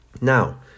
Now